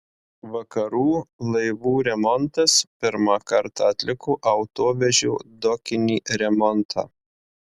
vakarų laivų remontas pirmą kartą atliko autovežio dokinį remontą